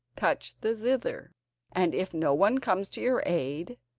touch the zither and if no one comes to your aid,